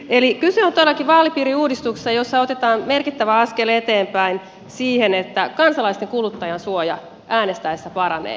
eli kyse on todellakin vaalipiiriuudistuksesta jossa otetaan merkittävä askel eteenpäin siihen että kansalaisten kuluttajansuoja äänestäessä paranee